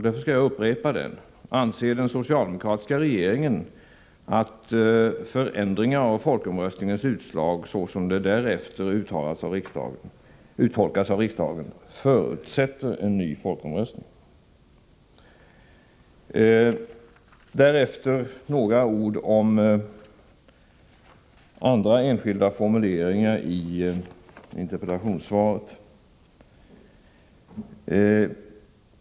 Därför skall jag upprepa den: Anser regeringen att förändringar av folkomröstningens utslag, så som det därefter uttolkats av riksdagen, förutsätter en ny folkomröstning? Sedan några ord om en del andra formuleringar i interpellationssvaret.